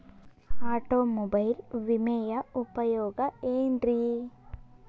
Automobile ವಿಮೆಯ ಉಪಯೋಗ ಏನ್ರೀ?